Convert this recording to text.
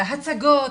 הצגות,